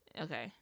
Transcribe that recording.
Okay